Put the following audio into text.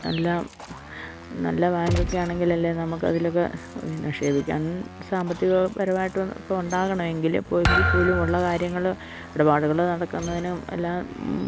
നല്ല നല്ല ബാങ്കൊക്കെ ആണെങ്കിലല്ലേ നമുക്ക് അതിലൊക്കെ നിക്ഷേപിക്കാൻ സാമ്പത്തിക പരമായിട്ടും ഒക്കെ ഉണ്ടാകണം എങ്കില് എങ്കിൽ പോലും ഉള്ള കാര്യങ്ങള് ഇടപാടുകള് നടക്കുന്നതിനും എല്ലാം